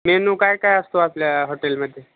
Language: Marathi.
मेनू काय काय असतो आपल्या हॉटेलमध्ये